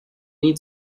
need